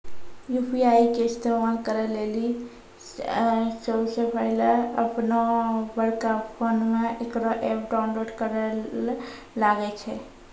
UPI के इस्तेमाल करै लेली सबसे पहिलै अपनोबड़का फोनमे इकरो ऐप डाउनलोड करैल लागै छै